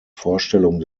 vorstellung